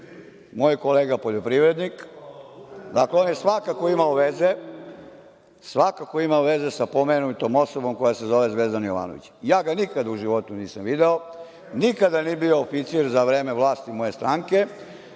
moj kolega poljoprivrednik. Dakle, on je svakako imao veze sa pomenutom osobom koja se zove Zvezdan Jovanović. Ja ga nikad u životu nisam video. Nikada nije bio oficir za vreme vlasti moje stranke